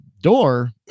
door